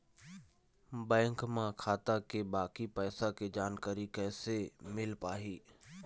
Bank म खाता के बाकी पैसा के जानकारी कैसे मिल पाही?